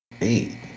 Eight